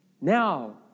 Now